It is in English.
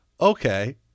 Okay